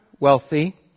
Wealthy